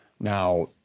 Now